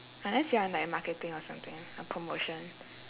unless you're like marketing or something a promotion